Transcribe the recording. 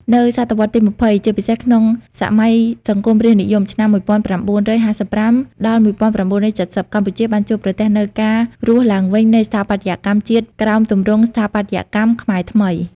នៅសតវត្សរ៍ទី២០ ជាពិសេសក្នុងសម័យសង្គមរាស្ត្រនិយម ឆ្នាំ១៩៥៥-១៩៧០ កម្ពុជាបានជួបប្រទះនូវការរស់ឡើងវិញនៃស្ថាបត្យកម្មជាតិក្រោមទម្រង់ ស្ថាបត្យកម្មខ្មែរថ្មី។